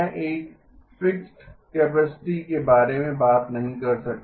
ठीक है मैं एक फिक्स्ड कैपेसिटी के बारे में बात नहीं कर सकता